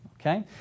okay